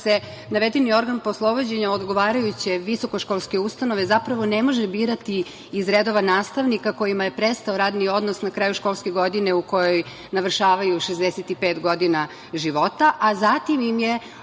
se navedeni organ poslovođenja odgovarajuće visokoškolske ustanove zapravo ne može birati iz redova nastavnika kojima je prestao radni odnos na kraju školske godine u kojoj navršavaju 65 godina života, a zatim im je